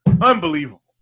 Unbelievable